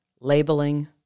labeling